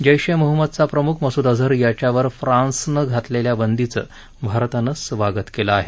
जैश ए मोहम्मदचा प्रमुख मसूद अजहर याच्यावर फ्रान्सनं घातलेलया बंदीचं भारतानं स्वागत केलं आहे